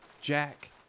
Jack